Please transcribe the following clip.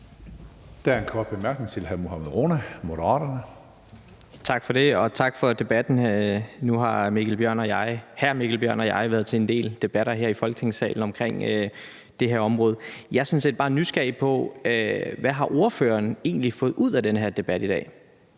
Der er en kort bemærkning til hr. Mohammad Rona, Moderaterne. Kl. 16:59 Mohammad Rona (M): Tak for det, og tak for debatten. Nu har hr. Mikkel Bjørn og jeg været til en del debatter her i Folketingssalen om det her område, og jeg er sådan set bare nysgerrig på, hvad ordføreren egentlig har fået ud af den her debat i dag.